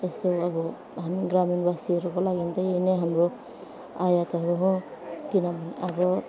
त्यस्तो अब हामी ग्रामीणवासीहरूको लागि तै यही नै हाम्रो आयातहरू हो किनभने अब